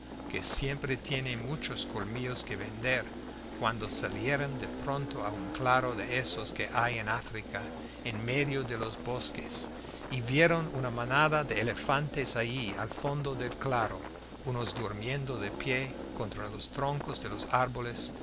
que siempre tiene muchos colmillos que vender cuando salieron de pronto a un claro de esos que hay en áfrica en medio de los bosques y vieron una manada de elefantes allí al fondo del claro unos durmiendo de pie contra los troncos de los árboles